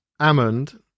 Amund